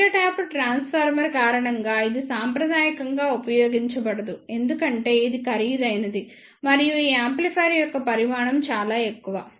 centre tapped transformer కారణంగా ఇది సాంప్రదాయకంగా ఉపయోగించబడదు ఎందుకంటే ఇది ఖరీదైనది మరియు ఈ యాంప్లిఫైయర్ యొక్క పరిమాణం చాలా ఎక్కువ